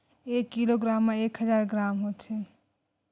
एक किलोग्राम मा एक हजार ग्राम होथे